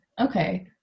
Okay